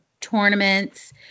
tournaments